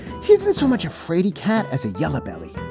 he isn't so much of fraidy cat as a yellowbelly.